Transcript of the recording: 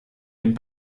den